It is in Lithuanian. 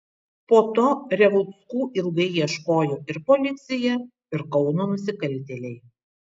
po to revuckų ilgai ieškojo ir policija ir kauno nusikaltėliai